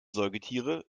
säugetiere